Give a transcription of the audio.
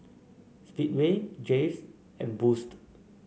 Speedway Jays and Boost